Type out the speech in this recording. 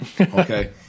okay